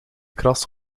kras